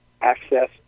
Access